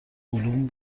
علوم